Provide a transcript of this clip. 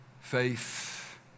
faith